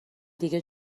دیگه